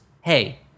Hey